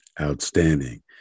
Outstanding